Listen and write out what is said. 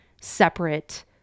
separate